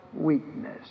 weakness